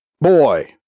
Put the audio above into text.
Boy